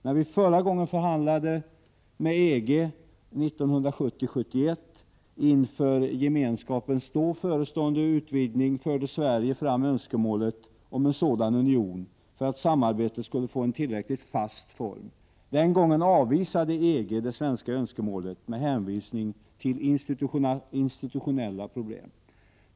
När vi förra gången förhandlade med EG, 1970-1971, inför Gemenskapens då förestående utvidgning, förde Sverige fram önskemålet om en sådan union för att samarbetet skulle få en tillräckligt fast form. Den gången avvisade EG det svenska önskemålet med hänvisning till institutionella problem.